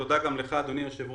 תודה גם לך, אדוני היושב-ראש.